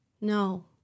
no